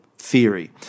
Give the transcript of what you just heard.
Theory